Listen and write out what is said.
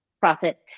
profit